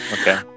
Okay